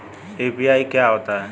UPI क्या होता है?